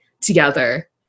together